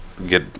get